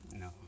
No